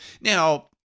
Now